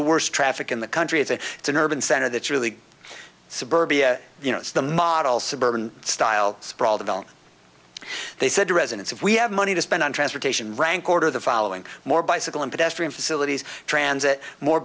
the worst traffic in the country is that it's an urban center that's really suburbia you know it's the model suburban style sprawl developed they said to residents if we have money to spend on transportation rank order the following more bicycle and pedestrian facilities transit more